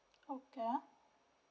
okay ah